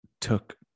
took